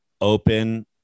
open